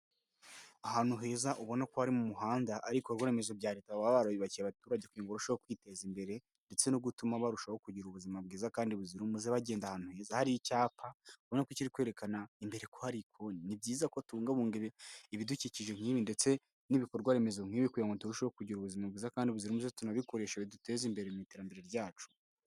Ahantu heza ubona ko ari mu muhanda hari ibikorwa remezo bya Leta baba barubakiye abaturage kugira ngo barusheho kwiteza imbere ndetse no gutuma barushaho kugira ubuzima bwiza kandi buzira umuze bagenda ahantu heza, hari icyapa ubona ko kiri kwerekana imbere ko hari ikoni. Ni byiza ko tubungabunga ibidukikije nk'ibi ndetse n'ibikorwaremezo nk'ibi kugira ngo turusheho kugira ubuzima bwiza kandi buzira umuze tunabikoresha biduteza imbere mu iterambere ryacu.